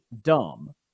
dumb